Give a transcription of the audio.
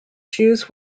shoes